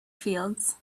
fields